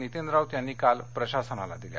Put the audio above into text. नितीन राऊत यांनी काल प्रशासनाला दिल्या